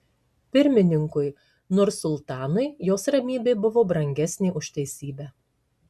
pirmininkui nursultanui jos ramybė buvo brangesnė už teisybę